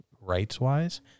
rights-wise